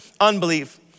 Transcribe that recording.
unbelief